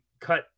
cut